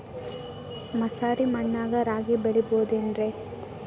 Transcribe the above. ಮಸಾರಿ ಮಣ್ಣಾಗ ರಾಗಿ ಬೆಳಿಬೊದೇನ್ರೇ?